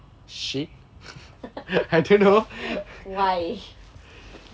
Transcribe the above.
why